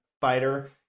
fighter